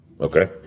Okay